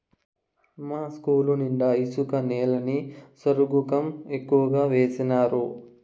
మా ఇస్కూలు నిండా ఇసుక నేలని సరుగుకం ఎక్కువగా వేసినారు